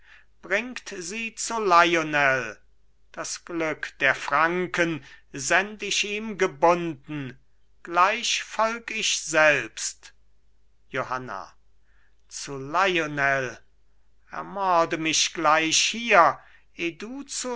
bringt sie zu lionel das glück der franken send ich ihm gebunden gleich folg ich selbst johanna zu lionel ermorde mich gleich hier